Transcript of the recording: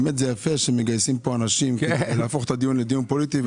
האמת יפה שמגייסים פה אנשים להפוך את הדיון פה לדיון פוליטי.